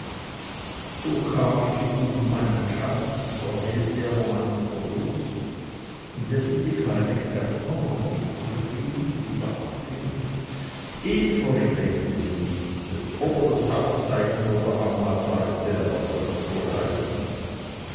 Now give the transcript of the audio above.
so kam ich um meinen schatz verhehlte aber meinen verdruß indessen die kleine caton noch nicht zufrieden wieder anfing ihm verschlägt es nichts ob er das haus zeichne oder anna sagte er was soll das wohl heißen